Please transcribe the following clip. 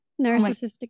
narcissistic